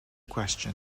question